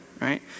right